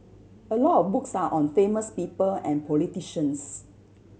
a lot of books are on famous people and politicians